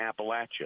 Appalachia